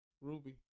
Ruby